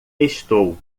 estou